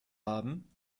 haben